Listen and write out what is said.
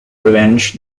revenge